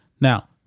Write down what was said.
Now